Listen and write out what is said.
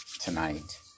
tonight